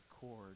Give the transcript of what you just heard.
chord